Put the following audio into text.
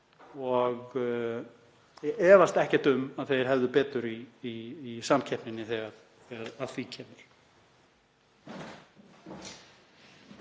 Ég efast ekkert um að þeir hefðu betur í samkeppninni þegar að því kemur.